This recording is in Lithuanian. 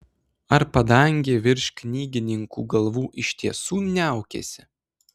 ar padangė virš knygininkų galvų iš tiesų niaukiasi